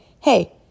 hey